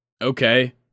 okay